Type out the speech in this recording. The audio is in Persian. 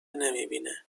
نمیبینه